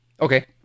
Okay